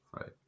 right